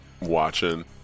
watching